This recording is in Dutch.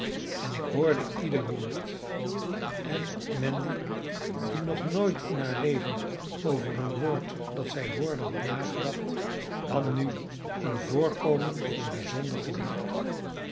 en ik hoorde ieder woord en mandy die nog nooit in haar leven over een woord dat zij hoorde had nagedacht nam nu een voorkomen van bijzonder gewicht aan